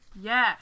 Yes